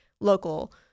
local